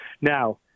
Now